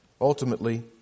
Ultimately